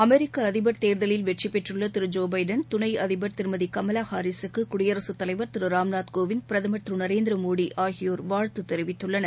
அமெரிக்க அதிபர் தேர்தலில் வெற்றி பெற்றுள்ள திரு ஜோ பைடன் துணை அதிபர் திருமதி கமலா ஹாரிஸுக்கு குடியரசுத் தலைவர் திரு ராம்நாத் கோவிந்த் பிரதமர் திரு நரேந்திர மோடி ஆகியோர் வாழ்த்து தெரிவித்துள்ளனர்